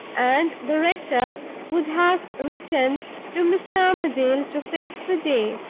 and the rector would have written to mr. armadale to fix the day.